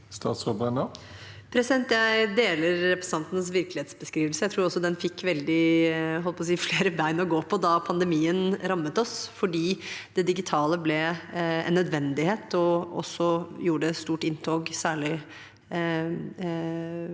Jeg deler repre- sentantens virkelighetsbeskrivelse. Jeg tror også den fikk flere bein å gå på da pandemien rammet oss, fordi det digitale ble en nødvendighet og gjorde et stort inntog, særlig